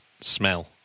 smell